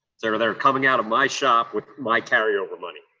sort of they're coming out of my shop with my carry over money.